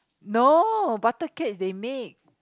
no butter cake is they make